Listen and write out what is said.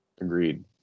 Agreed